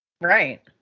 right